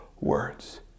words